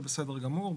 זה בסדר גמור.